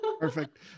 Perfect